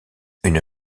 une